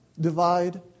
divide